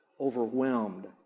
overwhelmed